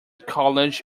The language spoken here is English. college